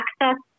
access